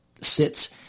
sits